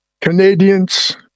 Canadians